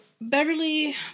Beverly